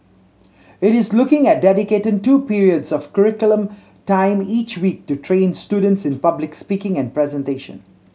it is looking at dedicating two periods of curriculum time each week to train students in public speaking and presentation